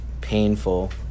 painful